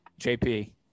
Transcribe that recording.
JP